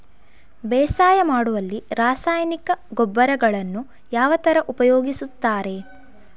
ಬೇಸಾಯ ಮಾಡುವಲ್ಲಿ ರಾಸಾಯನಿಕ ಗೊಬ್ಬರಗಳನ್ನು ಯಾವ ತರ ಉಪಯೋಗಿಸುತ್ತಾರೆ?